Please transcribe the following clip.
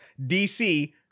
DC